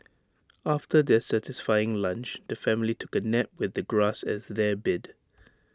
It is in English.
after their satisfying lunch the family took A nap with the grass as their bed